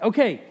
Okay